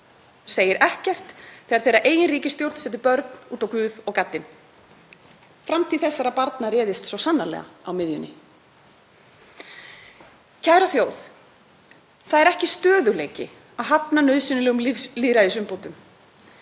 segir ekkert þegar þeirra eigin ríkisstjórn setur börn út á guð og gaddinn. Framtíð þessara barna réðst svo sannarlega á miðjunni. Kæra þjóð. Það er ekki stöðugleiki að hafna nauðsynlegum lýðræðisumbótum.